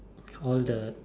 all the